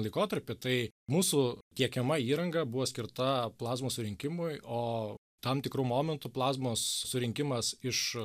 laikotarpį tai mūsų tiekiama įranga buvo skirta plazmos surinkimui o tam tikru momentu plazmos surinkimas iš